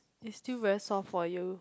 is still very soft for you